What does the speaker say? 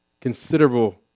considerable